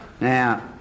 Now